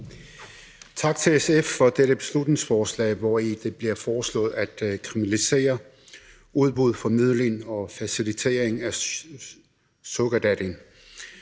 Tak til SF for dette beslutningsforslag, hvori det bliver foreslået at kriminalisere udbud, formidling og facilitering af sugardating